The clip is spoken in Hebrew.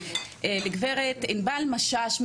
לגב' עינבל משש,